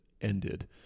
ended